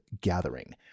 Gathering